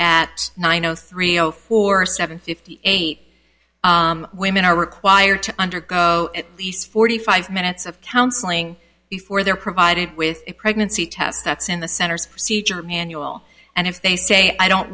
at nine o three zero four seven fifty eight women are required to undergo at least forty five minutes of counseling before they're provided with a pregnancy test that's in the center's manual and if they say i don't